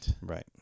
Right